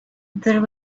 there